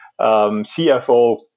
CFO